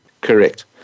Correct